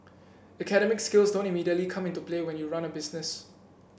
academic skills don't immediately come into play when you run a business